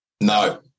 No